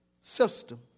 system